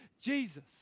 Jesus